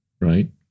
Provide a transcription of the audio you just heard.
right